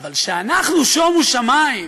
אבל שאנחנו, שומו שמיים,